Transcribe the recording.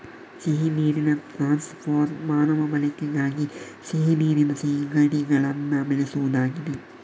ಸಿಹಿ ನೀರಿನ prawn farm ಮಾನವನ ಬಳಕೆಗಾಗಿ ಸಿಹಿ ನೀರಿನ ಸೀಗಡಿಗಳನ್ನ ಬೆಳೆಸುದಾಗಿದೆ